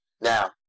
Now